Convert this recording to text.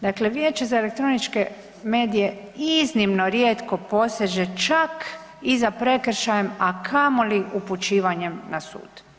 Dakle, Vijeće za elektroničke medije iznimno rijetko poseže čak i za prekršajem, a kamoli upućivanjem na sud.